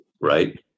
right